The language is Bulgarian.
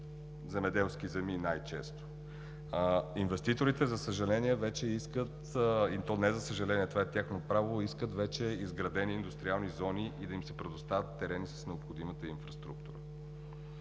земеделски земи най-често. Инвеститорите, за съжаление, вече искат, и то не за съжаление, това е тяхно право, искат вече изградени индустриални зони и да им се предоставят терени с необходимата инфраструктура.